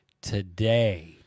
today